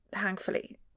thankfully